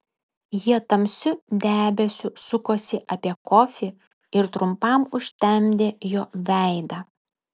jie tamsiu debesiu sukosi apie kofį ir trumpam užtemdė jo veidą